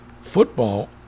football